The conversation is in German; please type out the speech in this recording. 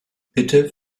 bitte